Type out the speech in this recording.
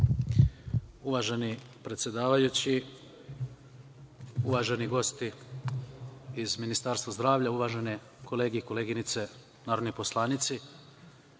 Uvaženi predsedavajući, uvaženi gosti iz Ministarstva zdravlja, uvažene kolege i koleginice narodni poslanici,